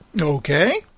okay